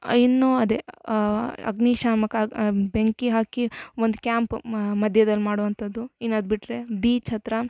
ಅ ಇನ್ನೂ ಅದೇ ಅಗ್ನಿಶಾಮಕ ಬೆಂಕಿ ಹಾಕಿ ಒಂದು ಕ್ಯಾಂಪ್ ಮಧ್ಯದಲ್ ಮಾಡುವಂಥದ್ದು ಇನ್ನು ಅದು ಬಿಟ್ಟರೆ ಬೀಚ್ ಹತ್ರ